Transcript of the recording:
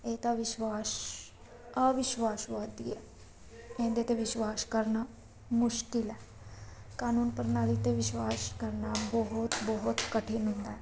ਇਹ ਤਾਂ ਵਿਸ਼ਵਾਸ ਅਵਿਸ਼ਵਾਸਵਾਦੀ ਹੈ ਇਹਦੇ 'ਤੇ ਵਿਸ਼ਵਾਸ ਕਰਨਾ ਮੁਸ਼ਕਿਲ ਹੈ ਕਾਨੂੰਨ ਪ੍ਰਣਾਲੀ 'ਤੇ ਵਿਸ਼ਵਾਸ ਕਰਨਾ ਬਹੁਤ ਬਹੁਤ ਕਠਿਨ ਹੁੰਦਾ